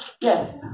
Yes